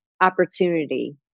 opportunity